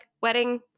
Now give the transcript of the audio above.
wedding